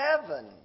heaven